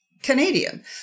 Canadian